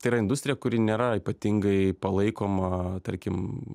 tai yra industrija kuri nėra ypatingai palaikoma tarkim